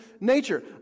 nature